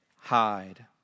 hide